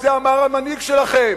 את זה אמר המנהיג שלכם,